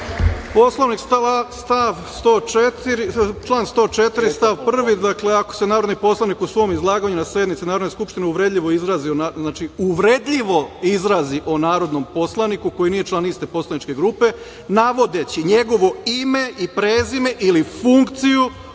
Poslovnik, član 104. stav 1. – ako se narodni poslanik u svom izlaganju na sednici Narodne Skupštine uvredljivo izrazi, znači uvredljivo izrazi o narodnom poslaniku koji nije član iste poslaničke grupe, navodeći njegovo ime i prezime ili funkciju,